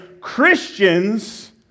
Christians